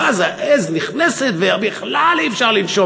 ואז העז נכנסת ובכלל אי-אפשר לנשום,